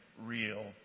real